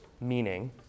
meaning